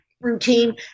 routine